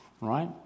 right